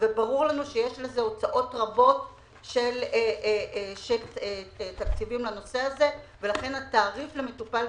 התעריף למטופלים